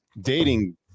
dating